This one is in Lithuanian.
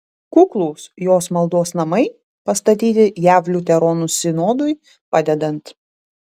kuklūs jos maldos namai pastatyti jav liuteronų sinodui padedant